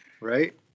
right